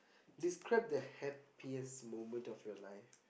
describe the happiest moment of your life